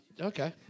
Okay